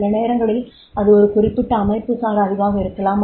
சில நேரங்களில் அது ஒரு குறிப்பிட்ட அமைப்புசார் அறிவாக இருக்கலாம்